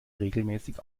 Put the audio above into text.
regelmäßig